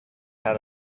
had